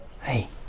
Hey